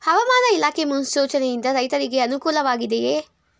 ಹವಾಮಾನ ಇಲಾಖೆ ಮುನ್ಸೂಚನೆ ಯಿಂದ ರೈತರಿಗೆ ಅನುಕೂಲ ವಾಗಿದೆಯೇ?